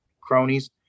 cronies